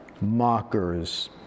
mockers